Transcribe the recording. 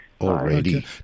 Already